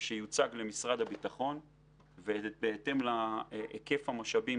שיוצג למשרד הביטחון ובהתאם להיקף המשאבים